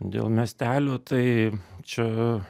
dėl miestelių tai čia